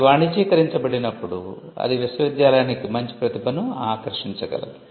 అవి వాణిజ్యీకరించబడినప్పుడు ఇది విశ్వవిద్యాలయానికి మంచి ప్రతిభను ఆకర్షించగలదు